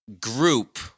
group